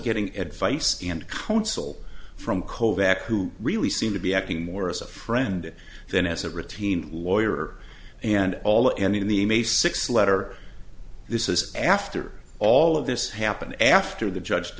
getting advice and counsel from kovacs who really seemed to be acting more as a friend than as a routine lawyer and all and in the i'm a six letter this is after all of this happened after the judge